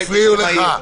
לא יפריעו לך.